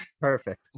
Perfect